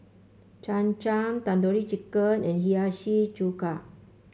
Cham Cham Tandoori Chicken and Hiyashi Chuka